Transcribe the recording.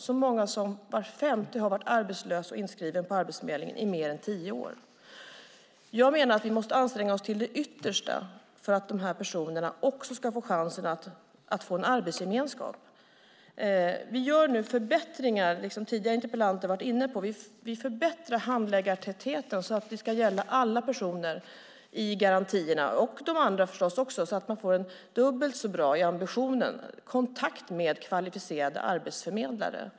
Så många som var femte har varit arbetslös och inskriven på Arbetsförmedlingen i mer än tio år. Jag menar att vi måste anstränga oss till det yttersta för att de här personerna ska få chansen att få en arbetsgemenskap. Vi gör nu förbättringar, liksom tidigare deltagare i interpellationsdebatten har varit inne på. Vi förbättrar handläggartätheten. Det ska gälla alla personer i garantierna, och också de andra, förstås. Ambitionen är att man ska få en dubbelt så bra kontakt med kvalificerade arbetsförmedlare.